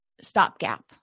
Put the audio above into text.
stopgap